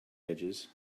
ridges